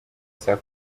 saa